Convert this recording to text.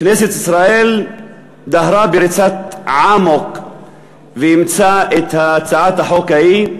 כנסת ישראל דהרה בריצת עמוק ואימצה את הצעת החוק ההיא,